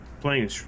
playing